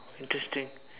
interesting